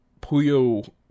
Puyo